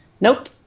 nope